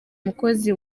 umukozi